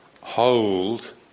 hold